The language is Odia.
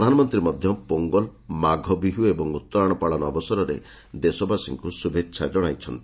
ପ୍ରଧାନମନ୍ତ୍ରୀ ମଧ୍ୟ ପୋଙ୍ଗଲ ମାଘ ବିହୁ ଏବଂ ଉତ୍ତରାୟଣ ପାଳନ ଅବସରରେ ଦେଶବାସୀଙ୍କୁ ଶୁଭେଚ୍ଛା ଜଣାଇଚ୍ଚନ୍ତି